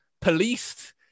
policed